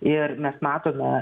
ir mes matome